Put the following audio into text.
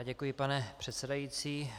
Děkuji, pane předsedající.